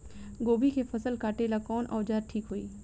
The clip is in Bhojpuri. गोभी के फसल काटेला कवन औजार ठीक होई?